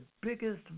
biggest